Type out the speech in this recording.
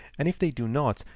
and if they do not,